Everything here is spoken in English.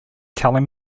telling